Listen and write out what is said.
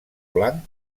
blanc